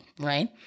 Right